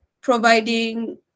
providing